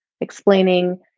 explaining